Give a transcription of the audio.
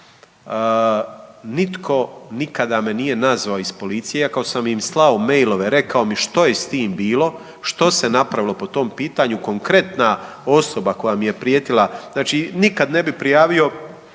nikada me nije nazvao iz policije iako sam im slao mailove, rekao mi što je s tim bilo, što se napravilo po tom pitanju, konkretna osoba koja mi je prijetila, znači nikad ne bi prijavio